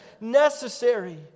necessary